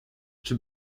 czy